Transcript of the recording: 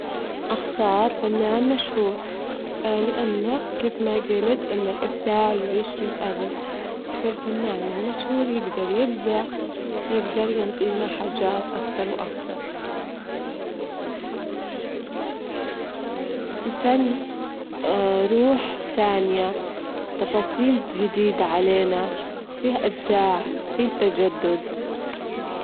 أول شي تشوفين التعليمات، تتأكدين من قطع الأتات، تركبين الأجزاء- الأجزاء الأساسية مع المسامير، إذ كان في خشب أو وصلات تتبتينها بأدوات تتبيت، تخلصين كل شي خطوة بخطوة عشان تضمنين- تضمنين إنك ركبتيها بشكل صحيح، وهيك بكون الاتات متركب متساوي.